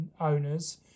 owners